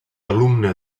alumna